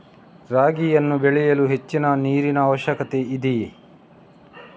ರಾಗಿಯನ್ನು ಬೆಳೆಯಲು ಹೆಚ್ಚಿನ ನೀರಿನ ಅವಶ್ಯಕತೆ ಇದೆಯೇ?